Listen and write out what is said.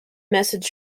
message